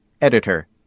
Editor